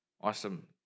Awesome